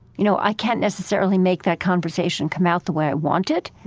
you know, i can't necessarily make that conversation come out the way i want it,